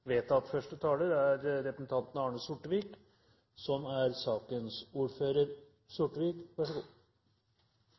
vedtatt. Første taler er representanten